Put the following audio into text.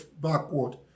backward